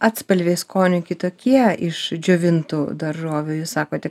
atspalviai skonių kitokie iš džiovintų daržovių jūs sakote